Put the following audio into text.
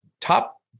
top